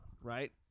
Right